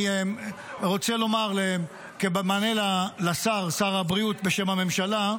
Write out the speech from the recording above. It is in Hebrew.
אני רוצה לומר במענה לשר הבריאות בשם הממשלה,